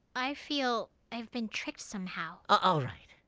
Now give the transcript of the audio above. i feel. i've been tricked somehow. all right.